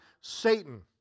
Satan